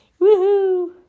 woohoo